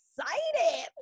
excited